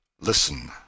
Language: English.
LISTEN